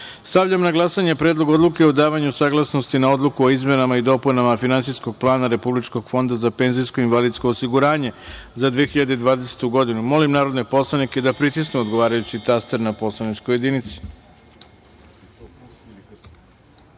godinu. Stavljam na glasanje Predlog odluke o davanju saglasnosti na Odluku o izmenama i dopunama Finansijskog plana Republičkog fonda za penzijsko i invalidsko osiguranje za 2020. godinu. Molim narodne poslanike da pritisnu odgovarajući taster na poslaničkoj